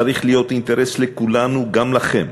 צריך להיות אינטרס לכולנו, גם לכם,